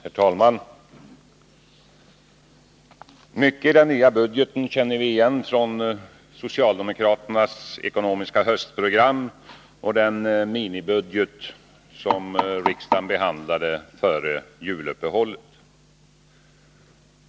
Herr talman! Mycket i den nya budgeten känner vi igen från socialdemokraternas ekonomiska höstprogram och den minibudget som riksdagen behandlade före juluppehållet.